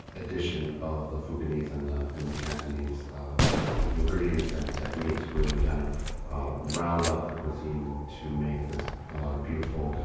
addition of the fukienese and the and the cantonese ingredients and techniques really kind of round out the cuisine to make this beautiful,